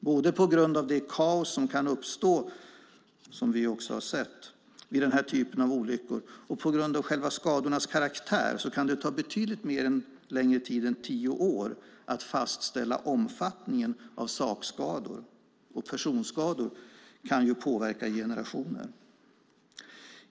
Både på grund av det kaos som kan uppstå, som vi också har sett, vid den här typen av olyckor och på grund av själva skadornas karaktär kan det ta betydligt längre tid än tio år att fastställa omfattningen av sakskador, och personskador kan ju påverka i generationer.